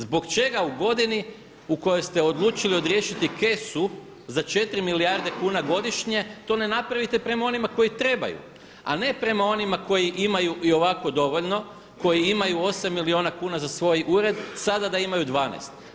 Zbog čega u godinu u kojoj ste odlučili odriješiti kesu za 4 milijarde kuna godišnje to ne napravite prema onima koji trebaju a ne prema onima koji imaju o ovako dovoljno, koji imaju 8 milijuna kuna za svoj ured, sada da imaju 12.